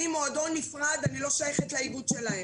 אני מועדון נפרד, אני לא שייכת לאיגוד שלהם.